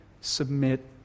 submit